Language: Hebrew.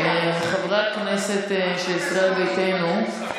חברי הכנסת של ישראל ביתנו,